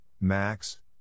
Max